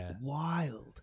wild